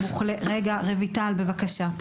רגע, רויטל בבקשה.